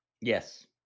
Yes